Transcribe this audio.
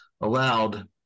allowed